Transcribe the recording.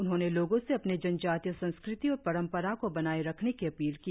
उन्होंने लोगो से अपनी जनजातीय संस्कृति और परंपरा को बनाए रखने की अपील की